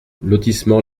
lotissement